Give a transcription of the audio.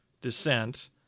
descent